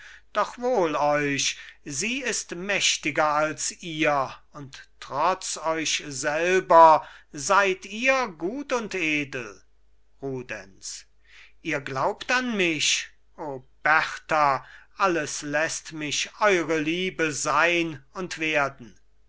doch wohl euch sie ist mächtiger als ihr und trotz euch selber seid ihr gut und edel rudenz ihr glaubt an mich o berta alles lässt mich eure liebe sein und werden